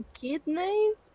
kidneys